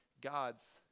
God's